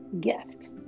gift